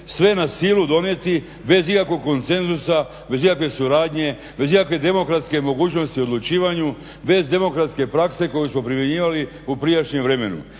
sve na silu donijeti bez ikakvog konsenzusa bez ikakve suradnje, bez ikakve demokratske mogućnosti u odlučivanje, bez demokratske prakse koju smo primjenjivali u prijašnjem vremenu.